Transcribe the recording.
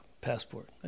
passport